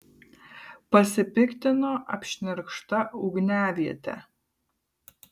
pasipiktino apšnerkšta ugniaviete